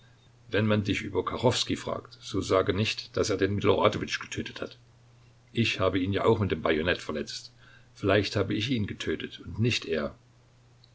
wenn man dich über kachowskij fragt so sage nicht daß er den miloradowitsch getötet hat ich habe ihn ja auch mit dem bajonett verletzt vielleicht habe ich ihn getötet und nicht er